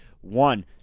One